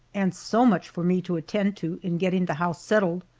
and so much for me to attend to in getting the house settled,